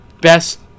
best